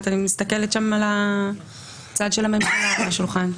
אני מסתכלת על הצד של הממשלה בשולחן.